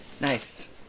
Nice